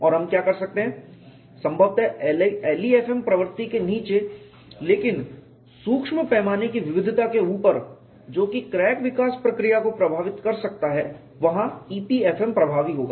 और हम क्या कर सकते हैं संभवतः LEFM प्रवृति के नीचे लेकिन सूक्ष्म पैमाने की विविधता के ऊपर जो कि क्रैक विकास प्रक्रिया को प्रभावित कर सकता है वहाँ EPFM प्रभावी होगा